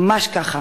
ממש ככה.